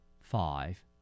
Five